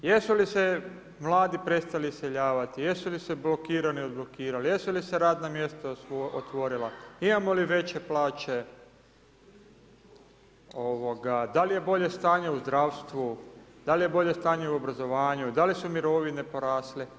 Jesu li se mladi prestali iseljavati, jesu li se blokirani odblokirali, jesu li se radna mjesta otvorila, imamo li veće plaće, da li je bolje stanje u zdravstvu, da ali je bolje stanje u obrazovanju, da li su mirovine porasle?